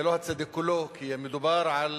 זה לא הצדק כולו, כי מדובר על